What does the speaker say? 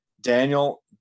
daniel